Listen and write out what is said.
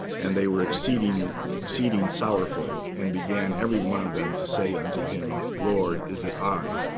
and they were exceeding exceeding sorrowful, and began, every one of them, to say unto him, lord, is it i?